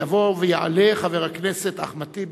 יבוא ויעלה חבר הכנסת אחמד טיבי,